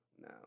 no